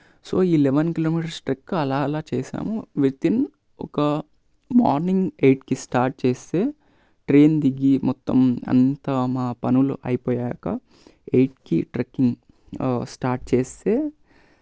so ఈ eleven kilometres trek అలా అలా చేసాము వితిన్ ఒక మార్నింగ్ ఎయిట్కి స్టార్ట్ చేస్తే ట్రైన్ దిగి మొత్తం అంతా మా పనులు అయిపోయాక ఎయిట్కి ట్రెక్కింగ్ స్టార్ట్ చేస్తే